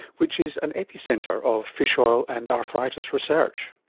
which is an epicentre of fish oil and arthritis research.